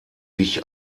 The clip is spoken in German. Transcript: wich